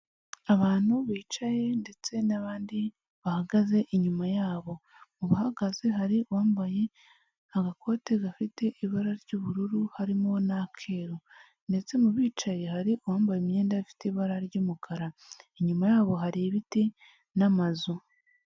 Abantu bicaye ndetse n'abandi bahagaze inyuma yabo, mu bahagaze hari uwambaye agakote gafite ibara ry'ubururu harimo n'akeru ndetse mu bicaye hari uwambaye imyenda ifite ibara ry'umukara, inyuma yabo hari ibiti n'amazu.